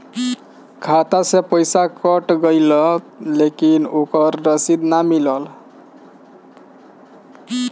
खाता से पइसा कट गेलऽ लेकिन ओकर रशिद न मिलल?